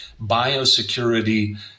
biosecurity